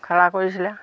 খেলা কৰিছিলে